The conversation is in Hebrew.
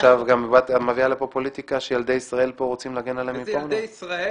עכשיו גם את מביאה לפה פוליטיקה כשרוצים פה להגן על ילדי ישראל